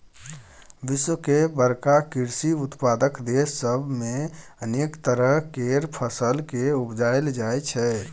विश्व के बड़का कृषि उत्पादक देस सब मे अनेक तरह केर फसल केँ उपजाएल जाइ छै